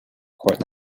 court